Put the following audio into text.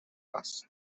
است